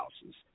houses